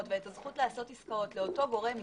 ואת הזכות לעשות עסקאות לאותו גורם עסקי,